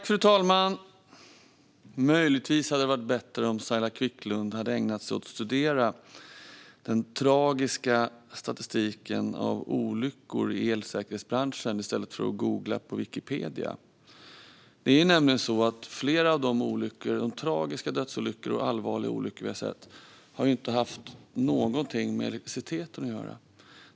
Fru talman! Möjligtvis hade det varit bättre om Saila Quicklund hade ägnat sig åt att studera den tragiska statistiken över olyckor i elsäkerhetsbranschen i stället för att söka på Wikipedia. Det är nämligen så att flera av de olyckor - de tragiska dödsolyckor och de allvarliga olyckor - som vi har sett har inte haft någonting med elektriciteten att göra.